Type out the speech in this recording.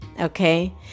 Okay